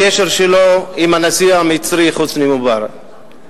הקשר שלו עם הנשיא המצרי חוסני מובארק.